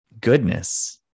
Goodness